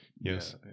Yes